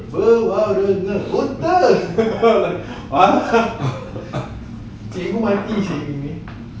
buta cikgu mati seh